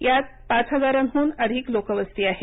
यात पाच हजारांहून अधिक लोकवस्ती आहे